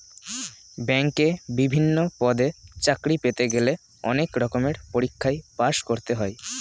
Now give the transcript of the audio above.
ব্যাংকে বিভিন্ন পদে চাকরি পেতে গেলে অনেক রকমের পরীক্ষায় পাশ করতে হয়